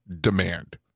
demand